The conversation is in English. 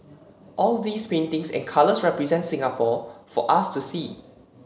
all these paintings and colours represent Singapore for us to see